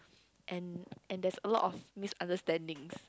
and and there's a lot of misunderstanding